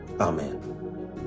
Amen